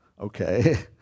okay